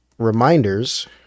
reminders